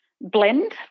blend